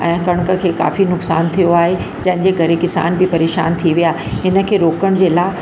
ऐं कणिक खे काफ़ी नुक़सानु थियो आहे जंहिंजे करे किसान बि परेशान थी विया हिनखे रोकण जे लाइ